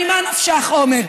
הרי ממה נפשך, עמר?